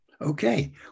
Okay